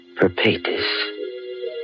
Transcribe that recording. perpetus